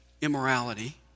immorality